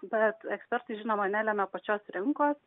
bet ekspertai žinoma nelemia pačios rinkos